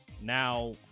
Now